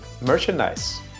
merchandise